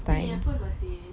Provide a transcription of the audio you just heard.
apa ini iphone masih